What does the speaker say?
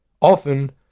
Often